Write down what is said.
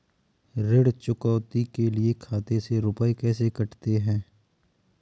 ऋण चुकौती के लिए खाते से रुपये कैसे कटते हैं?